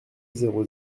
zéro